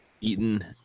eaten